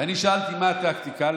ושאלתי מה הטקטיקה,